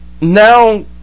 now